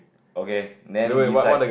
okay then beside